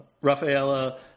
Rafaela